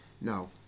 No